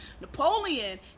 Napoleon